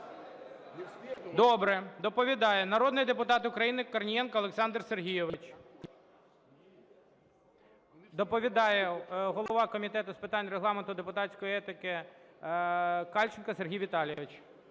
Добре. Доповідає народний депутат України Корнієнко Олександр Сергійович. Доповідає голова Комітету з питань Регламенту депутатської етики Кальченко Сергій Віталійович.